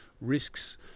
risks –